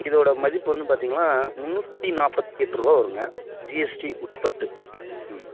இதோடய மதிப்பு வந்து பார்த்தீங்கன்னா முந்நூற்றி நாற்பத்தி எட்டு ருபா வருங்க ஜிஎஸ்டி உட்பட்டு ம்